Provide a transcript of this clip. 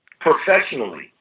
professionally